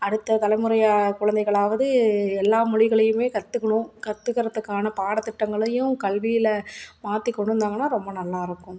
அடுத்த தலைமுறை குழந்தைகளாவது எல்லா மொழிகளையுமே கற்றுக்கணும் கற்றுக்கறத்துக்கான பாடத்திட்டங்களையும் கல்வியில் மாற்றி கொண்டு வந்தாங்கன்னா ரொம்ப நல்லா இருக்கும்